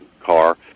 car